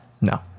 No